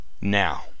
Now